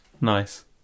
nice